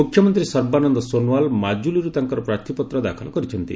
ମୁଖ୍ୟମନ୍ତ୍ରୀ ସର୍ବାନନ୍ଦ ସୋନୱାଲ୍ ମାଜୁଲୀରୁ ତାଙ୍କର ପ୍ରାର୍ଥୀପତ୍ର ଦାଖଲ କରିଛନ୍ତି